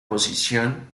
posición